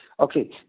Okay